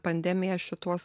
pandemija šituos